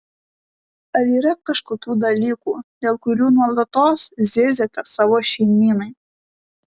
ar yra kažkokių dalykų dėl kurių nuolatos zirziate savo šeimynai